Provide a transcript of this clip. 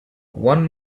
one